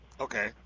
Okay